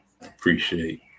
appreciate